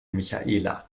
michaela